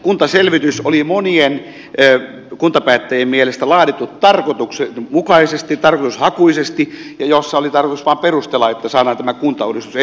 kuntaselvitys oli monien kuntapäättäjien mielestä laadittu tarkoituksenmukaisesti tarkoitushakuisesti ja siinä oli tarkoitus vaan perustella että saadaan tämä kuntauudistus eteenpäin